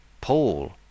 Paul